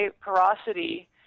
porosity